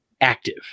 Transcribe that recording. active